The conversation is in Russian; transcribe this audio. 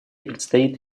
предстоит